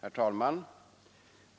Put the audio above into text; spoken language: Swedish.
Herr talman!